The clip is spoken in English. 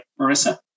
Marissa